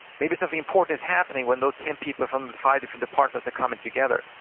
maybe something important is happening when those ten people from five different departments are coming together,